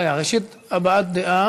ראשית, הבעת דעה